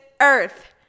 earth